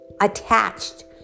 attached